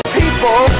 people